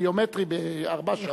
יכול להעביר חוק ביומטרי בארבע שעות.